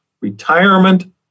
retirement